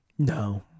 No